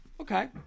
Okay